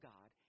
God